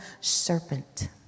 serpent